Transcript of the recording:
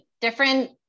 different